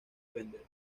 fender